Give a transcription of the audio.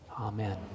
Amen